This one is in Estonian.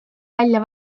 välja